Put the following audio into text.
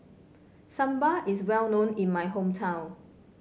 sambar is well known in my hometown